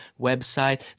website